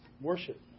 Worship